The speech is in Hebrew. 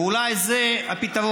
ואולי זה הפתרון.